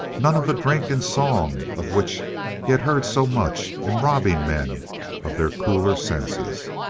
none of the drink and song of which he had heard so much in robbing men of their cooler senses.